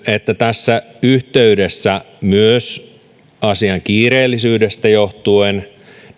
että tässä yhteydessä myös asian kiireellisyydestä johtuen